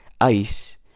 ice